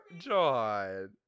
John